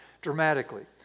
dramatically